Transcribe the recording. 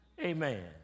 Amen